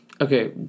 Okay